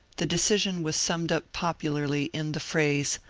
the decision was summed up popularly in the phrase,